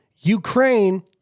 Ukraine